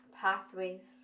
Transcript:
pathways